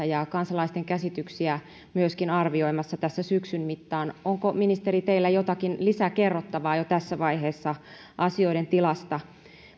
ja myöskin kansalaisten käsityksiä ollaan arvioimassa tässä syksyn mittaan onko ministeri teillä jotakin lisäkerrottavaa jo tässä vaiheessa asioiden tilasta